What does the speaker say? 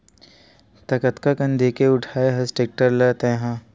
त कतका कन देके उठाय हस टेक्टर ल तैय हा?